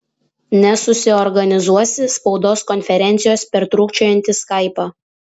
nesusiorganizuosi spaudos konferencijos per trūkčiojantį skaipą